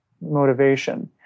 motivation